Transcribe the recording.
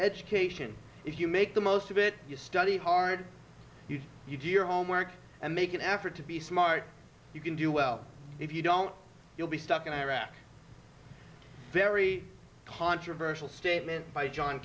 education if you make the most of it you study hard you do your homework and make an effort to be smart you can do well if you don't you'll be stuck in iraq very controversial statement by john